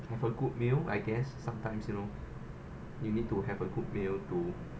have a good meal I guess sometimes you know you need to have a good meal to